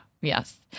yes